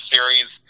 Series